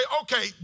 okay